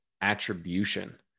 attribution